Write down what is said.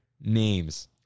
names